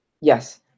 Yes